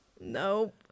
Nope